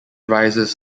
rises